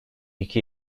iki